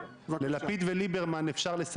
ם אותו